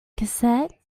cassette